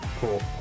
Cool